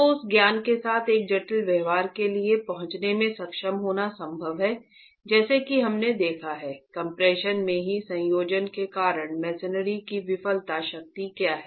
तो उस ज्ञान के साथ एक जटिल व्यवहार के लिए पहुंचने में सक्षम होना संभव है जैसा कि हमने देखा है कम्प्रेशन में ही संयोजन के कारण मेसेनरी की विफलता शक्ति क्या है